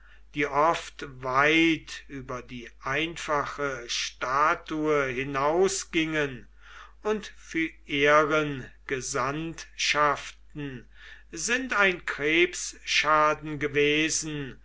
die oft weit über die einfache statue hinausgingen und für ehren gesandtschaften sind ein krebsschaden gewesen